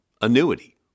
annuity